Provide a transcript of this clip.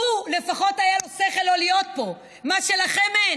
הוא, לפחות היה לו שכל לא להיות פה, מה שלכם אין.